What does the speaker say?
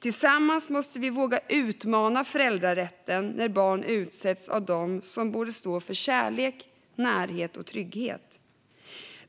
Tillsammans måste vi våga utmana föräldrarätten när barn utsätts av dem som borde stå för kärlek, närhet och trygghet.